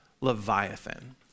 Leviathan